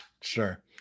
Sure